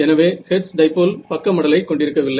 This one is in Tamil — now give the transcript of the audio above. எனவே ஹெர்ட்ஸ் டைபோல் பக்க மடலை கொண்டிருக்கவில்லை